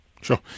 Sure